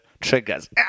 triggers